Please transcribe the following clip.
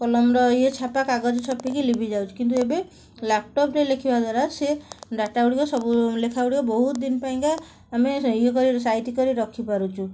କଲମର ଇଏ ଛାପା କାଗଜ ଛାପିକି ଲିଭିଯାଉଛି କିନ୍ତୁ ଏବେ ଲ୍ୟାପଟପ୍ରେ ଲେଖିବା ଦ୍ଵାରା ସେ ଡାଟା ଗୁଡ଼ିକ ସବୁ ଲେଖା ଗୁଡ଼ିକ ବହୁତଦିନ ପାଇଁକା ଆମେ ଇଏ କରି ସାଇତି କରି ରଖିପାରୁଛୁ